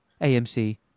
AMC